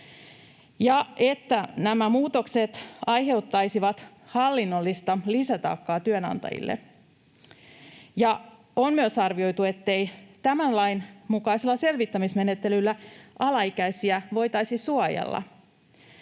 ja että nämä muutokset aiheuttaisivat hallinnollista lisätaakkaa työnantajille. On myös arvioitu, ettei tämän lain mukaisella selvittämismenettelyllä alaikäisiä voitaisi suojella,